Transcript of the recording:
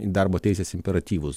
į darbo teisės imperatyvus